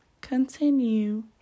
continue